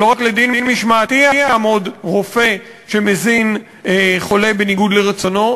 שלא רק לדין משמעתי יעמוד רופא שמזין חולה בניגוד לרצונו,